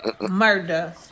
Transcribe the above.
murder